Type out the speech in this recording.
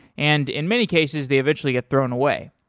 and in many cases they eventually get thrown away.